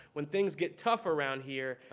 when things gets tough around here,